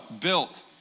built